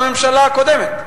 בממשלה הקודמת,